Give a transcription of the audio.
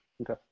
Okay